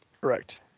Correct